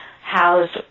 housed